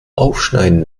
aufschneiden